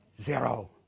zero